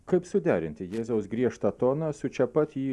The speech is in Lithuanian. kaip suderinti jėzaus griežtą toną su čia pat jį